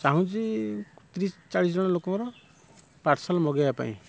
ଚାହୁଁଛି ତିରିଶି ଚାଳିଶି ଜଣ ଲୋକଙ୍କର ପାର୍ସଲ୍ ମଗାଇବା ପାଇଁ